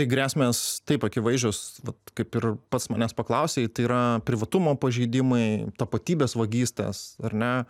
gresmės taip akivaizdžios vat kaip ir pats manęs paklausei tai yra privatumo pažeidimai tapatybės vagystės ar ne